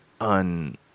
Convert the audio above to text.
on